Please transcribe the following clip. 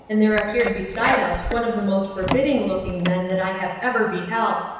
and there appeared beside us one of the most forbidding-looking men that i have ever beheld.